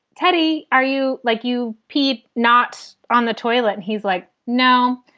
teddy, are you like you, pete? not on the toilet. and he's like, no,